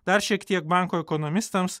dar šiek tiek bankų ekonomistams